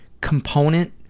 component